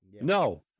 No